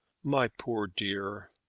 my poor dear!